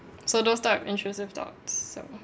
so don't start with intrusive thoughts so